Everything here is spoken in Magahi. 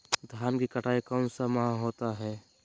धान की कटाई कौन सा माह होता है?